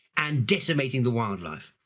and decimating the wildlife?